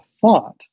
thought